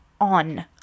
on